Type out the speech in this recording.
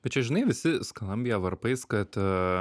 bet čia žinai visi skalambija varpais kad